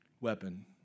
weapon